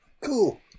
Cool